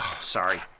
Sorry